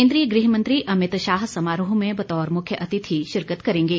केंद्रीय मंत्री अमित शाह समारोह में बतौर मुख्यातिथि शिरकत करेंगे